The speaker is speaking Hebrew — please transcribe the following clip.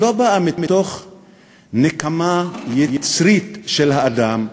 לא בא מתוך נקמה יצרית של האדם,